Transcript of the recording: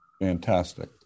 Fantastic